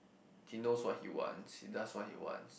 he knows what he wants he does what he wants